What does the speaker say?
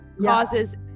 causes